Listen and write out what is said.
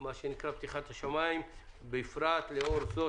מה שנקרא "פתיחת השמים" בפרט לאור זאת